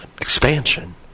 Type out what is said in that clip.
Expansion